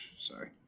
Sorry